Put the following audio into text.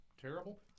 terrible